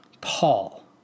Paul